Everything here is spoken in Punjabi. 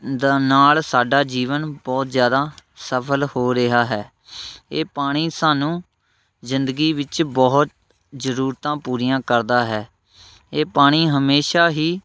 ਦਾ ਨਾਲ਼ ਸਾਡਾ ਜੀਵਨ ਬਹੁਤ ਜ਼ਿਆਦਾ ਸਫ਼ਲ ਹੋ ਰਿਹਾ ਹੈ ਇਹ ਪਾਣੀ ਸਾਨੂੰ ਜ਼ਿੰਦਗੀ ਵਿੱਚ ਬਹੁਤ ਜ਼ਰੂਰਤਾਂ ਪੂਰੀਆਂ ਕਰਦਾ ਹੈ ਇਹ ਪਾਣੀ ਹਮੇਸ਼ਾ ਹੀ